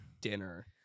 dinner